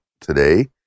today